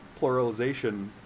pluralization